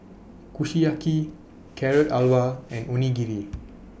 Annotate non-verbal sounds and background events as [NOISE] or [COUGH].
Kushiyaki [NOISE] Carrot Halwa and Onigiri